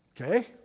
okay